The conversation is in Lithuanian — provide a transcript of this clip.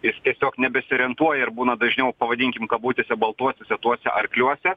jis tiesiog nebesiorientuoja ir būna dažniau pavadinkim kabutėse baltuosiuose tuose arkliuose